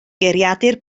geiriadur